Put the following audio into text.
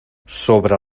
sobre